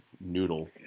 noodle